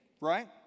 right